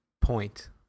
point